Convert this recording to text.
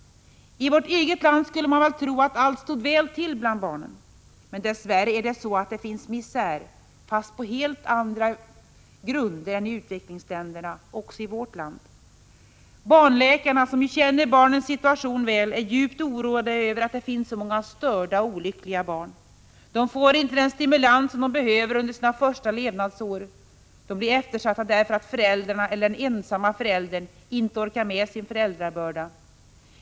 I vårt eget land skulle man väl tro att allt stod väl till bland barnen. Men dess värre är det så att det finns misär — fast på helt andra grunder än i utvecklingsländerna — också i vårt land. Barnläkarna, som ju känner barnens situation väl, är djupt oroade över att det finns så många störda och olyckliga barn. De får inte den stimulans som de behöver under sina första levnadsår, de blir eftersatta därför att föräldrarna — eller den ensamma föräldern — inte orkar med sin föräldrabörda.